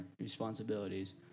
responsibilities